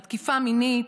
על תקיפה מינית,